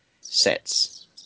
sets